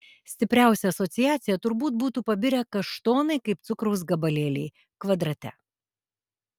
stipriausia asociacija turbūt būtų pabirę kaštonai kaip cukraus gabalėliai kvadrate